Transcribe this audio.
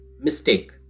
mistake